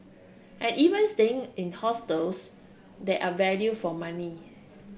and even staying in hostels that are value for money